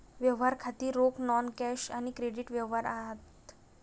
व्यवहार खाती रोख, नॉन कॅश आणि क्रेडिट व्यवहार आहेत